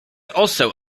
also